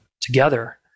together